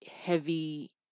heavy